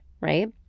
Right